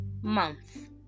Month